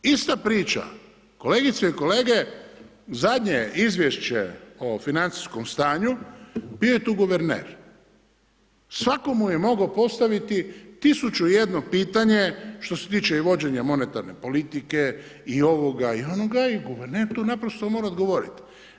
Ista priča kolegice i kolege, zadnje izvješće o financijskom stanju bio je tu guverner, svako mu je mogao postaviti tisuću i jedno pitanje što se tiče i vođenja monetarne politike i ovoga i onoga i guverner to naprosto mora odgovoriti.